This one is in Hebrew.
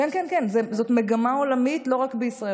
כן כן כן, זו מגמה עולמית, לא רק בישראל.